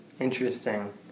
Interesting